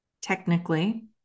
Technically